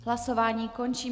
Hlasování končím.